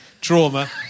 trauma